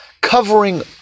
Covering